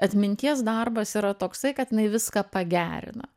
atminties darbas yra toksai kad jinai viską pagerina